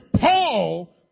Paul